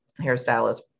hairstylist